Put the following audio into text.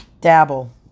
dabble